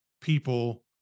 people